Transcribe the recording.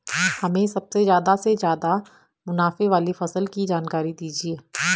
हमें सबसे ज़्यादा से ज़्यादा मुनाफे वाली फसल की जानकारी दीजिए